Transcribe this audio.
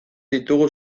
ditugu